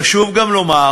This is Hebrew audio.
חשוב גם לומר